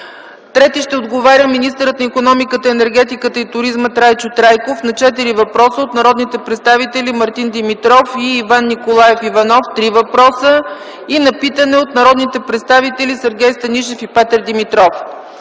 Трети ще отговаря министърът на икономиката, енергетиката и туризма Трайчо Трайков на четири въпроса от народните представители Мартин Димитров и Иван Николаев Иванов – три въпроса, и на питане от народните представители Сергей Станишев и Петър Димитров.